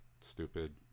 stupid